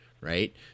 right